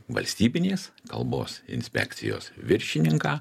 valstybinės kalbos inspekcijos viršininką